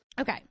Okay